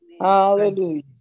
Hallelujah